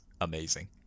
amazing